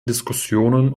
diskussionen